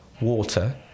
water